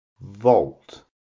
Vault